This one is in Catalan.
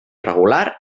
regular